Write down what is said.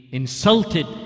insulted